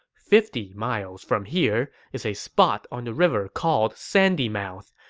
fifty miles from here is a spot on the river called sandymouth.